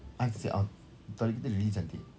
I'd like to say ah toilet kita really cantik